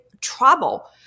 trouble